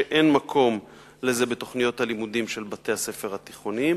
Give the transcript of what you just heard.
שאין מקום לזה בתוכניות הלימודים של בתי-הספר התיכוניים.